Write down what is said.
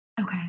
Okay